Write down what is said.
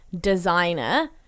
designer